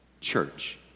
church